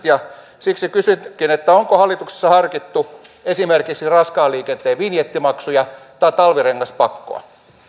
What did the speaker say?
ja siksi kysynkin onko hallituksessa harkittu esimerkiksi raskaan liikenteen vinjettimaksuja tai talvirengaspakkoa